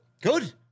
Good